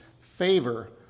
favor